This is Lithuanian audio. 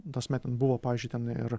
ta prasme ten buvo pavyzdžiui ten ir